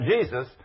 Jesus